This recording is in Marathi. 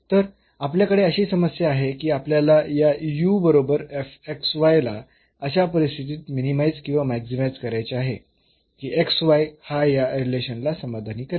तर आपल्याकडे अशी समस्या आहे की आपल्याला या बरोबर ला अशा परिस्थितीत मिनीमाईज किंवा मॅक्सीमाईज करायचे आहे की हा या रिलेशनला समाधानी करेल